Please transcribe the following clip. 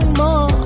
more